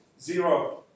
zero